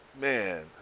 man